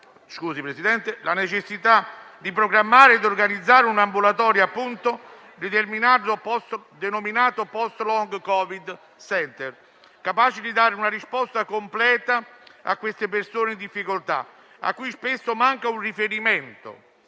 la necessità di programmare e organizzare un ambulatorio denominato post*-*long Covid center, capace di dare una risposta completa alle persone in difficoltà, a cui spesso manca un riferimento,